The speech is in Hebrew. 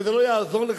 וזה לא יעזור לך,